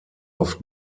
oft